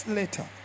later